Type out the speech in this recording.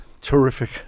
Terrific